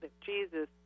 Jesus